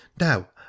now